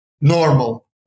normal